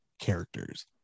characters